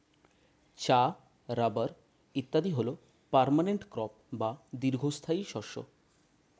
চা, রাবার ইত্যাদি হল পার্মানেন্ট ক্রপ বা দীর্ঘস্থায়ী শস্য